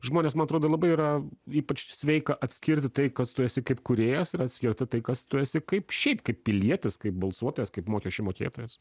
žmonės man atrodo labai yra ypač sveika atskirti tai kas tu esi kaip kūrėjas ir atskirti tai kas tu esi kaip šiaip kaip pilietis kaip balsuotojas kaip mokesčių mokėtojas